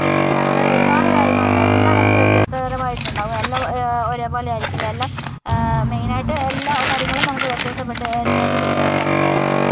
പിന്നെ അങ്ങനെയുള്ള ഒരുപാട് കാര്യങ്ങളുണ്ട് എല്ലാം നമുക്ക് വ്യത്യസ്തപരമായിട്ടുണ്ടാകും എല്ലാം ഒരേപോലെ ആയിരിക്കില്ല എല്ലാം മെയിനായിട്ട് എല്ലാം കാര്യങ്ങളും നമുക്ക് വ്യത്യാസപ്പെട്ട് തന്നെയാണ് ഇരിക്കുന്നത്